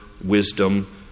wisdom